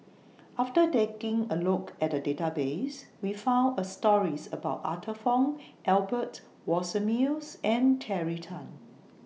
after taking A Look At The Database We found A stories about Arthur Fong Albert Winsemius and Terry Tan